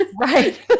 Right